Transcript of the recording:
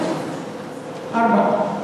ארבע.